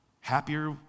happier